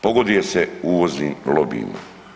Pogoduje se uvoznim lobijima.